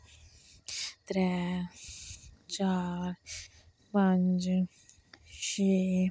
त्रै चार पंज छे